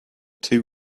two